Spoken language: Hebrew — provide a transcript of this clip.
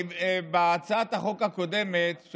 בהצעת החוק הקודמת,